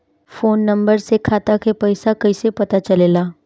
Phone number से खाता के पइसा कईसे पता चलेला?